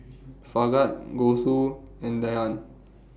Bhagat Gouthu and Dhyan